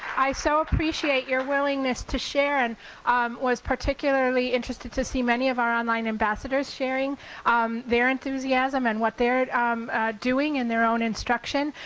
i so appreciate your willingness to share and was particularly interested to see many of our online ambassadors sharing their enthusiasm and what they're doing in their own instruction.